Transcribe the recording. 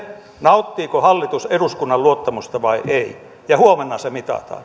nauttiiko hallitus eduskunnan luottamusta vai ei ja huomenna se mitataan